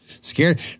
scared